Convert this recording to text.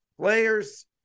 players